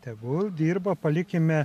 tegul dirba palikime